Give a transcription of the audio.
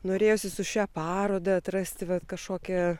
norėjosi su šia paroda atrasti vat kažkokią